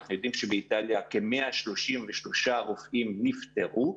אנחנו יודעים שבאיטליה כ-133 רופאים נפטרו,